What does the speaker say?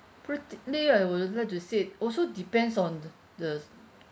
practically I would like to said also depends on the the